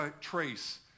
trace